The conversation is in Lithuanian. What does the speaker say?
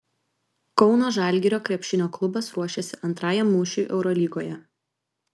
kauno žalgirio krepšinio klubas ruošiasi antrajam mūšiui eurolygoje